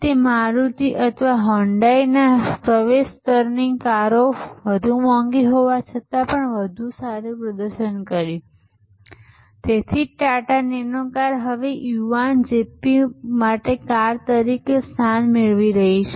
તે મારુતિ અથવા હ્યુન્ડાઈના પ્રવેશ સ્તરની કારોએ વધુ મોંઘી હોવા છતાં વધુ સારું પ્રદર્શન કર્યું અને તેથી જ ટાટા નેનો કાર હવે યુવાન ઝિપ્પી માટે કાર તરીકે સ્થાન મેળવી રહી છે